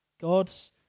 God's